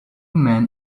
men